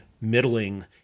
middling